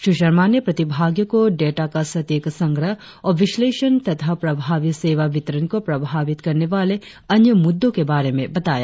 श्री शर्मा ने प्रतिभागियो को डेटा का सटीक संग्रह और विश्लेषण तथा प्रभावी सेवा बितरण को प्रभावित करने वाले अन्य मुद्दो के बारे में बताया